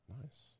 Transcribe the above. Nice